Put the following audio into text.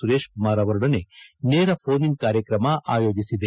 ಸುರೇಶ್ ಕುಮಾರ್ ಅವರೊಡನೆ ನೇರ phone in ಕಾರ್ಯಕ್ರಮ ಆಯೋಜಿಸಿದೆ